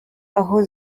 aho